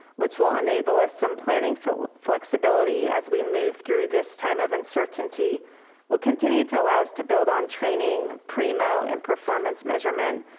which will enable us some planning flexibility. as we move through this time of uncertainty we'll continue to allow us to build on training primo and performance measurement,